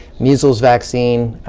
measles vaccine,